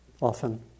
often